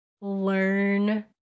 learn